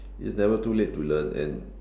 it's never too late to learn and